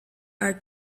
are